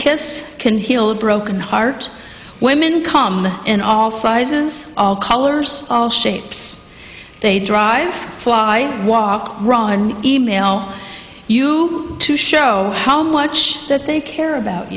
kiss can heal a broken heart women come in all sizes all colors all shapes they drive fly walk e mail you to show how much that they care about